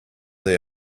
they